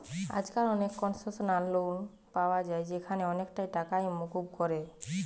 আজকাল অনেক concessional loan পায়া যায় যেখানে অনেকটা টাকাই মুকুব করে